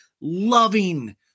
loving